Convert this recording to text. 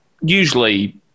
usually